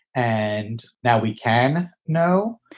and now we can know